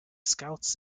scouts